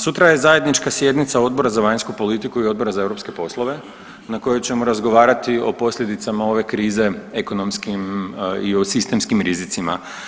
Sutra je zajednička sjednica Odbora za vanjsku politiku i Odbora za europske poslove na kojoj ćemo razgovarati o posljedicama ove krize, ekonomskim i o sistemskim rizicima.